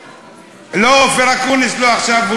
לא, אופיר אקוניס לא עכשיו.